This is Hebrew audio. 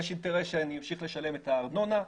יש אינטרס שאני אמשיך לשלם את הארנונה,